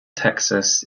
texas